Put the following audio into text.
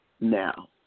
now